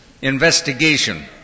investigation